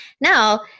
now